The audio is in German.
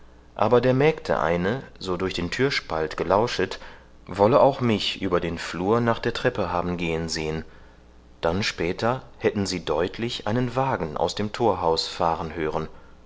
aber der mägde eine so durch die thürspalt gelauschet wolle auch mich über den flur nach der treppe haben gehen sehen dann später hätten sie deutlich einen wagen aus dem thorhaus fahren hören